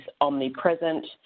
omnipresent